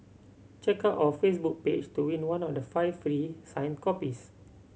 check out our Facebook page to win one of the five free signed copies